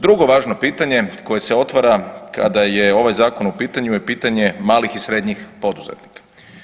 Drugo važno pitanje koje se otvara kada je ovaj Zakon u pitanju je pitanje malih i srednjih poduzetnika.